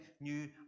new